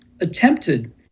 attempted